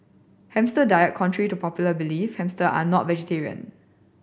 hamster diet Contrary to popular belief hamster are not vegetarian